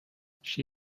she